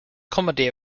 comedy